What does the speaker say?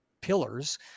pillars